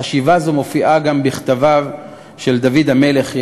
חשיבה זו מופיעה גם בכתביו של דוד המלך: